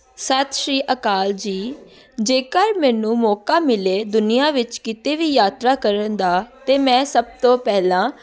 ਸਤਿ ਸ਼੍ਰੀ ਅਕਾਲ ਜੀ ਜੇਕਰ ਮੈਨੂੰ ਮੌਕਾ ਮਿਲੇ ਦੁਨੀਆ ਵਿੱਚ ਕਿਤੇ ਵੀ ਯਾਤਰਾ ਕਰਨ ਦਾ ਤਾਂ ਮੈਂ ਸਭ ਤੋਂ ਪਹਿਲਾਂ